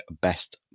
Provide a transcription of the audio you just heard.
best